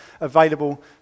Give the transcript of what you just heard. available